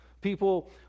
people